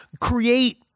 create